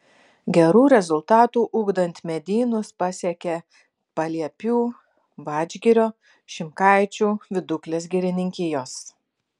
gerų rezultatų ugdant medynus pasiekė paliepių vadžgirio šimkaičių viduklės girininkijos